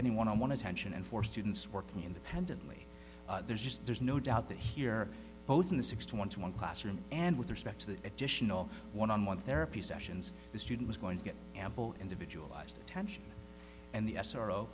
any one on one attention and four students working independently there's just there's no doubt that here both in the sixty one two one classroom and with respect to the additional one on one therapy sessions the student is going to get ample individualized attention and the s